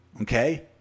Okay